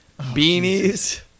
beanies